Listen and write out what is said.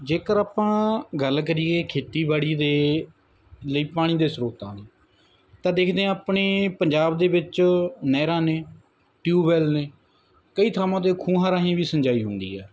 ਜੇਕਰ ਆਪਾਂ ਗੱਲ ਕਰੀਏ ਖੇਤੀਬਾੜੀ ਦੇ ਲਈ ਪਾਣੀ ਦੇ ਸਰੋਤਾਂ ਦੀ ਤਾਂ ਦੇਖਦੇ ਹਾਂ ਆਪਣੇ ਪੰਜਾਬ ਦੇ ਵਿੱਚ ਨਹਿਰਾਂ ਨੇ ਟਿਊਬਵੈੱਲ ਨੇ ਕਈ ਥਾਵਾਂ 'ਤੇ ਖੂਹਾਂ ਰਾਹੀਂ ਵੀ ਸਿੰਜਾਈ ਹੁੰਦੀ ਹੈ